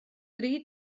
dri